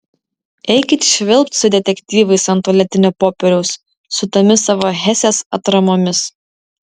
eikit švilpt su detektyvais ant tualetinio popieriaus su tomis savo hesės atramomis